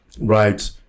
right